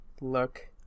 look